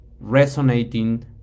resonating